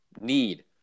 need